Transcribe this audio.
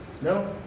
No